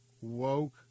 woke